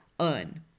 earn